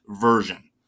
version